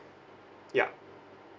yup